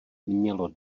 mělo